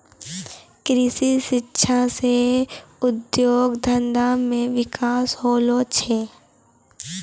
कृषि शिक्षा से उद्योग धंधा मे बिकास होलो छै